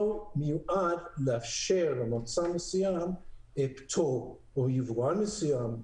מיועד לאפשר למוצר מסוים פטור או פטור ליבואן מסוים.